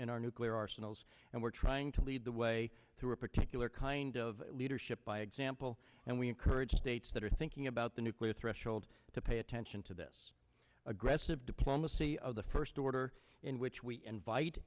in our nuclear arsenals and we're trying to lead the way through a particular kind of leadership by example and we encourage states that are thinking about the nuclear threshold to pay attention to this aggressive diplomacy of the first order in which we invite